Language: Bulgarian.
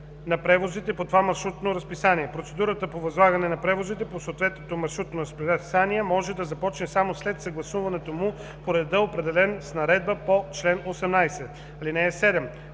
на превозите по това маршрутно разписание. Процедурата по възлагане на превозите по съответното маршрутно разписание може да започне само след съгласуването му по реда, определен с наредбата по чл. 18. (7)